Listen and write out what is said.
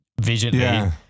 visually